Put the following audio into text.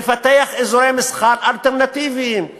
לפתח אזורי מסחר אלטרנטיביים,